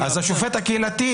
השופט הקהילתי